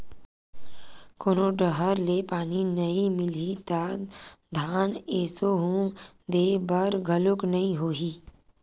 कोनो डहर ले पानी नइ मिलही त धान एसो हुम दे बर घलोक नइ होही